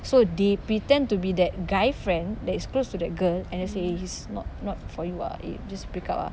so they pretend to be that guy friend that is close to that girl and then he's not not for you ah eh just break up ah